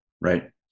right